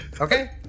Okay